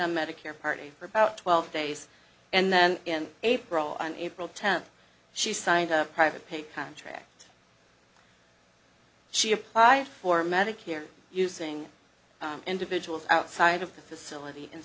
on medicare party for about twelve days and then in april on april tenth she signed a private paper on tract she applied for medicare using individuals outside of the facility in